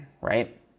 right